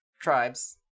tribes